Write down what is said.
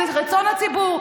זה רצון הציבור.